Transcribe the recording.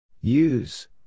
Use